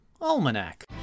Almanac